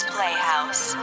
Playhouse